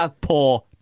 poor